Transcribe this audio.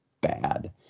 bad